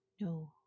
no